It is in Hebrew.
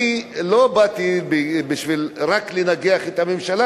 לא באתי רק לנגח את הממשלה,